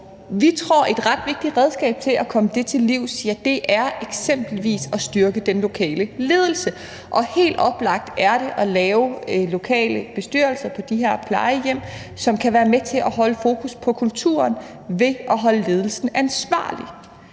Vi tror, at et ret vigtigt redskab for at komme det til livs er at styrke den lokale ledelse, og helt oplagt er det at lave lokale bestyrelser på de plejehjem, som kan være med til at holde fokus på kulturen ved at holde ledelsen ansvarlig.